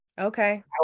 Okay